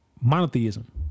monotheism